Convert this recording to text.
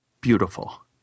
Beautiful